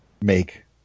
make